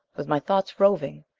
with my thoughts roving,